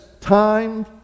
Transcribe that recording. time